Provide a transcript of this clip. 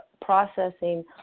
processing